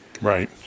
Right